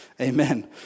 Amen